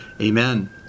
Amen